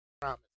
Promise